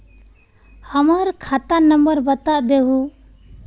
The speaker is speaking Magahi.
हमर खाता नंबर बता देहु?